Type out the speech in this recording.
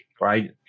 right